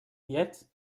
yet